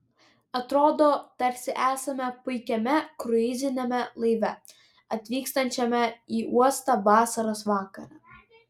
atrodo tarsi esame puikiame kruiziniame laive atvykstančiame į uostą vasaros vakarą